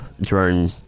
drone